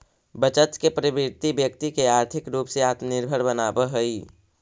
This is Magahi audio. बचत के प्रवृत्ति व्यक्ति के आर्थिक रूप से आत्मनिर्भर बनावऽ हई